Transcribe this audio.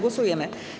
Głosujemy.